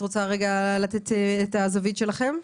את רוצה רגע לתת את הזווית שלכם?